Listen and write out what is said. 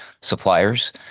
suppliers